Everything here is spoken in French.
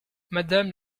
madame